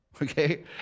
okay